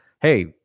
Hey